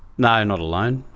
not not alone.